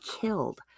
killed